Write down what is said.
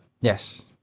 Yes